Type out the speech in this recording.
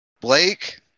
Blake